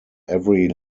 every